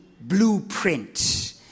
blueprint